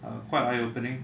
err quite eye opening